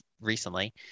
recently